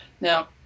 now